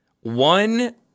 one